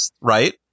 right